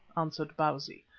answered bausi,